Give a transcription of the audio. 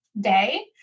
day